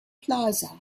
plaza